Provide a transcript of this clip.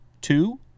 two